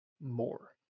more